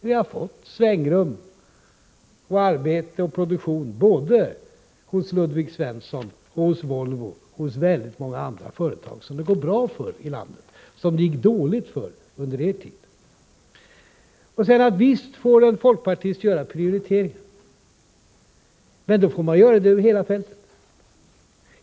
Vi har fått svängrum, arbete och produktion både hos Ludvig Svensson, Volvo och hos en mängd andra företag i landet som det går bra för och som det gick dåligt för under er tid. Visst får en folkpartist göra prioriteringar, men då skall man göra det över hela fältet.